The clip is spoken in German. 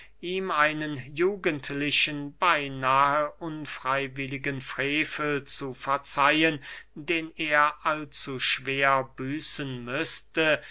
ihm einen jugendlichen beynahe unfreywilligen frevel zu verzeihen den er allzuschwer büßen müßte